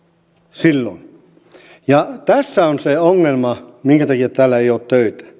silloin tässä on se ongelma minkä takia täällä ei ole töitä